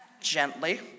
gently